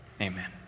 Amen